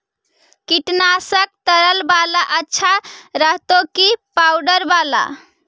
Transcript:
कीटनाशक तरल बाला अच्छा रहतै कि पाउडर बाला?